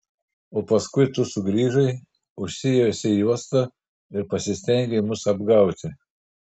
o paskui tu sugrįžai užsijuosei juostą ir pasistengei mus apgauti